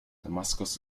damaskus